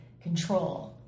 control